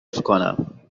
کنم